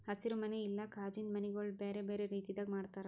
ಹಸಿರು ಮನಿ ಇಲ್ಲಾ ಕಾಜಿಂದು ಮನಿಗೊಳ್ ಬೇರೆ ಬೇರೆ ರೀತಿದಾಗ್ ಮಾಡ್ತಾರ